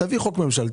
תביא חוק ממשלתי.